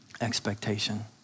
expectation